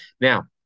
Now